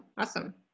awesome